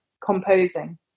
composing